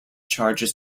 charges